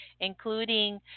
including